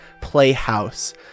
playhouse